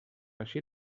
eixir